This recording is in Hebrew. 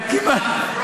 כמעט.